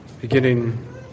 beginning